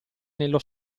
nello